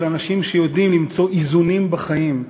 של האנשים שיודעים למצוא איזונים בחיים.